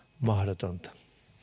mahdotonta